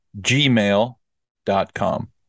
gmail.com